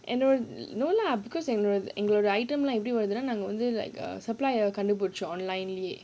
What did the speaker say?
and the n~ no lah because எங்களோட:engaloda the item எப்படி வரும்னா:eppadi varumnaa like err supply கண்டு பிடிச்சோம்:kandu pidichom online லேயே:laeyae